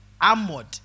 Armored